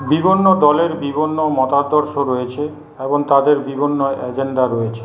বিভিন্ন দলের বিভিন্ন মতাদর্শ রয়েছে এবং তাদের বিভিন্ন অ্যাজেন্ডা রয়েছে